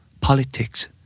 politics